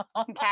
Okay